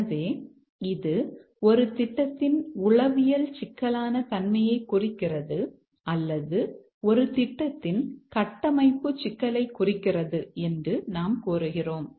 எனவே இது ஒரு திட்டத்தின் உளவியல் சிக்கலான தன்மையைக் குறிக்கிறது அல்லது ஒரு திட்டத்தின் கட்டமைப்பு சிக்கலைக் குறிக்கிறது என்று நாம் கூறுகிறோம்